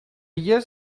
years